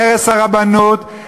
להרס הרבנות.